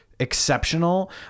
Exceptional